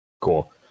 Cool